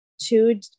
Two